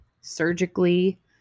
surgically